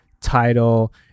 title